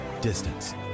Distance